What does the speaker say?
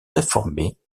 réformée